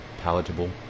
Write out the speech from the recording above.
palatable